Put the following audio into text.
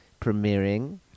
premiering